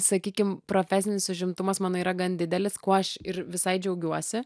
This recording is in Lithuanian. sakykim profesinis užimtumas mano yra gan didelis kuo aš ir visai džiaugiuosi